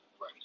right